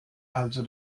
also